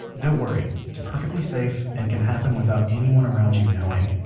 don't worry, it's perfectly safe, and can happen without anyone around you knowing,